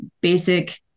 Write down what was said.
basic